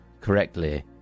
correctly